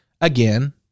again